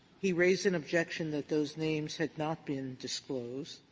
he raised an objection that those names had not been disclosed.